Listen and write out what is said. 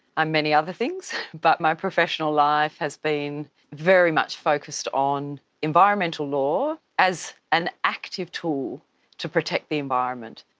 i'm many other things, but my professional life has been very much focused on environmental law as an active tool to protect the environment.